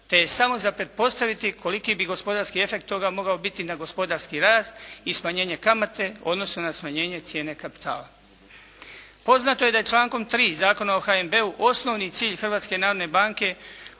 te je samo za pretpostaviti koliki bi gospodarski efekt toga mogao biti na gospodarski rast i smanjenje kamate, odnosno na smanjenje cijene kapitala. Poznato je da je člankom 3. Zakona o HNB-u osnovni cilj